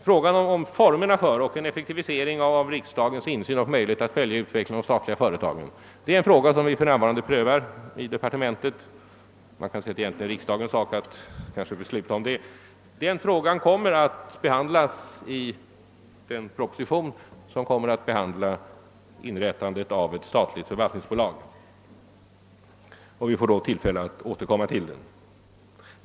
Frågan om formerna för och en effektivisering av riksdagens möjligheter att följa utvecklingen i de statliga företagen prövas emellertid nu i departementet. Man kanske kan säga att det är riksdagens sak att besluta i det fallet, och frågan kommer också att behandlas i den proposition som rör inrättandet av ett statligt förvaltningsbolag. Det blir då tillfälle att återkomma till frågan.